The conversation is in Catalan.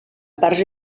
parts